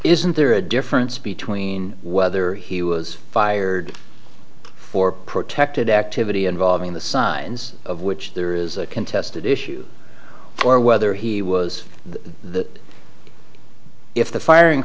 isn't there a difference between whether he was fired for protected activity involving the signs of which there is a contested issue or whether he was the if the firing